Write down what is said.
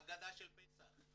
אגדה של פסח.